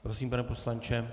Prosím, pane poslanče.